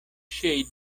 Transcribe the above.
ŝiaj